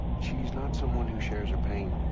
she's not someone who shar her pain.